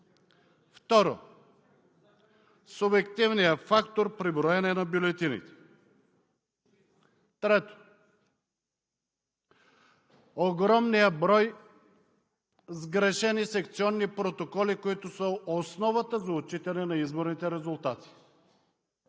Второ, субективният фактор при броене на бюлетините. Трето, огромният брой сгрешени секционни протоколи, които са основата за отчитане на изборните резултати.